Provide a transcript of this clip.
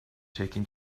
taking